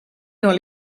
dans